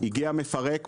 הגיע מפרק,